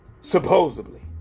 supposedly